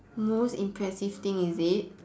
most impressive thing is it